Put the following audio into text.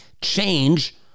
change